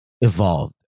evolved